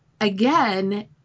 Again